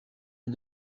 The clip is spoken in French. est